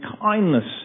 kindness